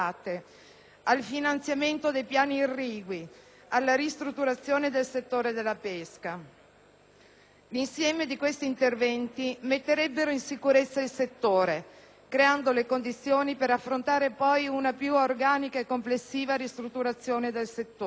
al finanziamento dei piani irrigui, alla ristrutturazione del settore della pesca. L'insieme di questi interventi metterebbe in sicurezza il settore, creando le condizioni per affrontare poi una più organica e complessiva ristrutturazione del comparto.